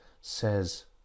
says